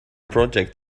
project